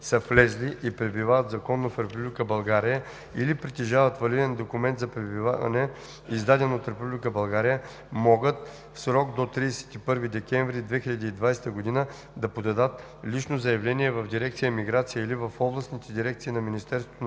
са влезли и пребивават законно в Република България или притежават валиден документ за пребиваване, издаден от Република България, могат в срок до 31 декември 2020 г. да подадат лично заявление в дирекция „Миграция“ или в областните дирекции на Министерството